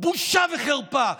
בושה וחרפה.